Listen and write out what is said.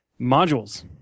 Modules